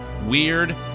Weird